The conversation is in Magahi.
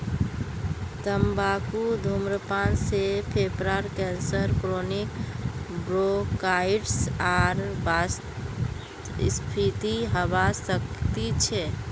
तंबाकू धूम्रपान से फेफड़ार कैंसर क्रोनिक ब्रोंकाइटिस आर वातस्फीति हवा सकती छे